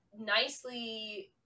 nicely